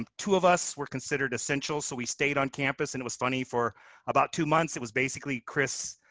um two of us were considered essential, so we stayed on campus. and it was funny. for about two months, it was basically chris,